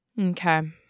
okay